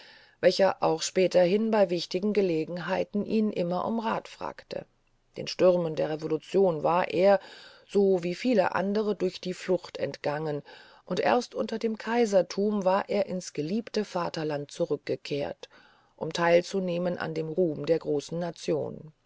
welcher auch späterhin bei wichtigen gelegenheiten ihn immer um rat fragte den stürmen der revolution war er so wie viele andre durch die flucht entgangen und erst unter dem kaisertum war er ins geliebte vaterland zurückgekehrt um teilzunehmen an dem ruhm der großen nation